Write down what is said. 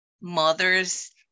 Mother's